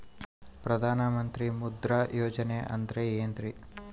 ಪ್ರಧಾನ ಮಂತ್ರಿ ಮುದ್ರಾ ಯೋಜನೆ ಅಂದ್ರೆ ಏನ್ರಿ?